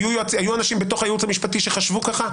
היו אנשים בתוך הייעוץ המשפטי שחשבו כך?